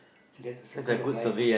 that's a circle of life lah